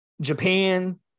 Japan